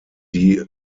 die